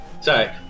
Sorry